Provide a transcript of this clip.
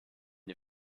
die